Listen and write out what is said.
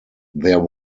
there